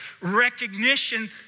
recognition